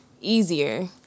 easier